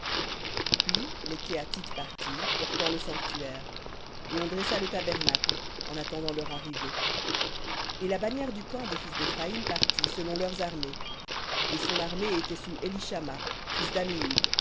puis les kehathites partirent portant le sanctuaire et on dressa le tabernacle en attendant leur arrivée et la bannière du camp des fils d'éphraïm partit selon leurs armées et son armée était sous élishama fils